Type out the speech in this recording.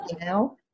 now